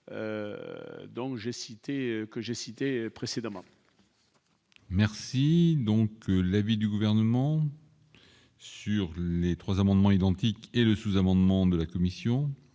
que j'ai cité précédemment. Merci donc l'avis du gouvernement sur les 3 amendements identiques, et le sous-amendement de la commission.